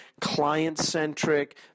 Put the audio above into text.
client-centric